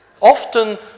Often